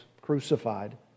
crucified